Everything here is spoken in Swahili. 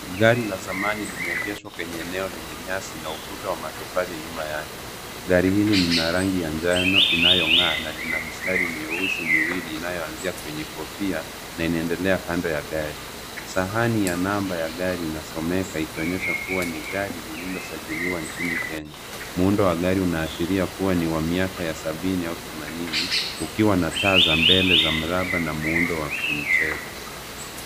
Gari la zamani limeegeshwa kwenye eneo lenye nyasi na ukuta wa matofali nyuma yake, gari hili lina rangi ya njano inayong'aa na lina mstari mweusi miwili inayoanzia kwenye kofia na inaendelea kando ya gari, sahani ya namba ya gari inasomeka ikionyesha kuwa ni gari lililosajiliwa nchini Kenya, muundo wa gari unaashiria kuwa ni wa miaka ya sabini au themanini ukiwa na taa za mbele za mraba na muundo wa kimchezo.